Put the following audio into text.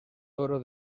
toro